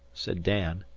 said dan.